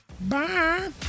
Bye